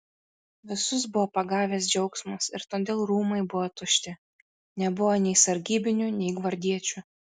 visus buvo pagavęs džiaugsmas ir todėl rūmai buvo tušti nebuvo nei sargybinių nei gvardiečių